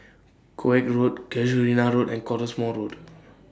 Koek Road Casuarina Road and Cottesmore Road